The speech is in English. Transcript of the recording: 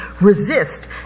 resist